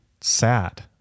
sad